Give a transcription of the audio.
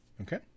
Okay